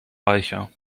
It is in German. reicher